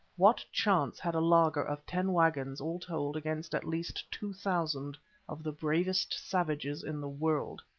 what chance had a laager of ten waggons all told against at least two thousand of the bravest savages in the world?